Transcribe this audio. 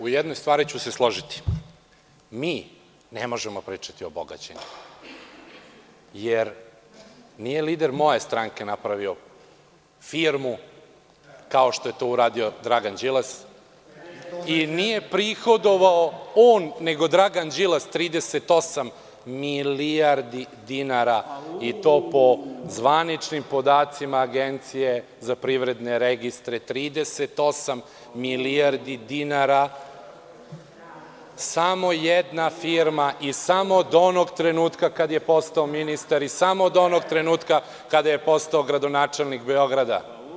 U jednoj stvari ću se složiti, mi ne možemo pričati o bogaćenju, jer nije lider moje stranke napravio firmu, kao što je to uradio Dragan Đilas, i nije prihodovao on, nego Dragan Đilas 38 milijardi dinara i to po zvaničnim podacima Agencije za privredne registre, 38 milijardi dinara samo jedna firma i samo od onog trenutka kada je postao ministar i samo od onog trenutka kada je postao gradonačelnik Beograda.